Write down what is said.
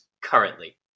currently